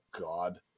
God